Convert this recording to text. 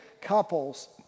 couples